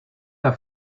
der